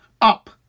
up